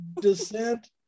Descent